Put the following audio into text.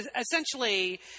essentially